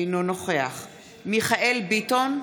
אינו נוכח מיכאל מרדכי ביטון,